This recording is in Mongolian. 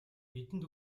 бидэнд